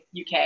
UK